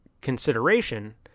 consideration